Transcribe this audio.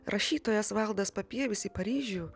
rašytojas valdas papievis į paryžių